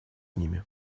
ними